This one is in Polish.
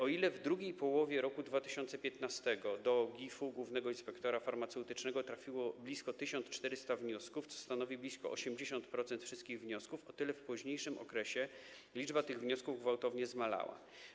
O ile w drugiej połowie roku 2015 do GIF, Głównego Inspektoratu Farmaceutycznego, trafiło blisko 1400 wniosków, co stanowi blisko 80% wszystkich wniosków, o tyle w późniejszym okresie liczba tych wniosków gwałtownie zmalała.